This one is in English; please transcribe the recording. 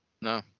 No